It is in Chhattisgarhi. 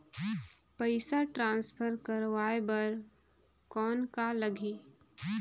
पइसा ट्रांसफर करवाय बर कौन का लगही?